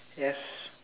yes